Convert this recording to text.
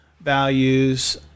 values